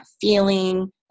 feeling